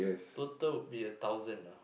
total would be a thousand